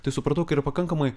tai supratau kad yra pakankamai